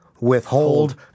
withhold